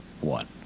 one